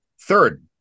Third